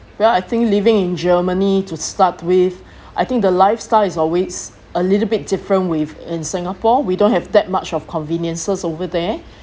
well I think living in germany to start with I think the lifestyle is always a little bit different with in singapore we don't have that much of conveniences over there